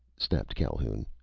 snapped calhoun.